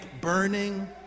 burning